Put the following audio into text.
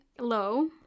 low